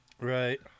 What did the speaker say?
Right